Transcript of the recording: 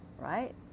Right